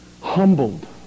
humbled